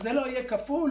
זה לא יהיה כפול,